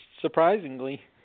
surprisingly